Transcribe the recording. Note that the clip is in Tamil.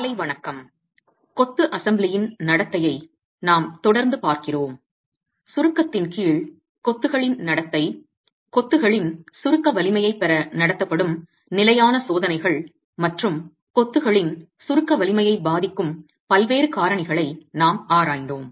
காலை வணக்கம் கொத்து அசெம்பிளியின் நடத்தையை நாம் தொடர்ந்து பார்க்கிறோம் சுருக்கத்தின் கீழ் கொத்துகளின் நடத்தை கொத்துகளின் சுருக்க வலிமையைப் பெற நடத்தப்படும் நிலையான சோதனைகள் மற்றும் கொத்துகளின் சுருக்க வலிமையைப் பாதிக்கும் பல்வேறு காரணிகளை நாம் ஆராய்ந்தோம்